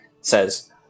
says